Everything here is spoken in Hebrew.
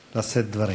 זאבי.